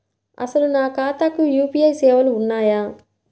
అసలు నా ఖాతాకు యూ.పీ.ఐ సేవలు ఉన్నాయా?